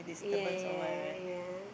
ya ya ya ya